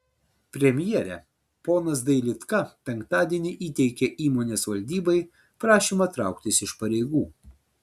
premjere ponas dailydka penktadienį įteikė įmonės valdybai prašymą trauktis iš pareigų